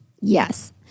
Yes